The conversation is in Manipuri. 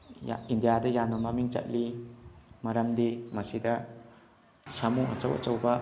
ꯏꯟꯗꯤꯌꯥꯗ ꯌꯥꯝꯅ ꯃꯃꯤꯡ ꯆꯠꯂꯤ ꯃꯔꯝꯗꯤ ꯃꯁꯤꯗ ꯁꯥꯃꯨ ꯑꯆꯧ ꯑꯆꯧꯕ